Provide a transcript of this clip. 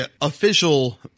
official